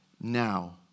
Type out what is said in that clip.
now